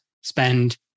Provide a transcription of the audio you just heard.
spend